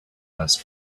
best